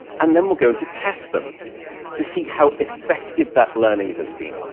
and then we're going to test them to see how effective that learning has been.